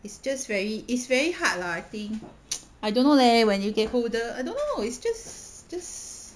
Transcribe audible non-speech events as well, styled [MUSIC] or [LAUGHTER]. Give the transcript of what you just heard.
it's just very its very hard lah I think [NOISE] I don't know leh when you get older I don't know it's just just